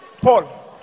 Paul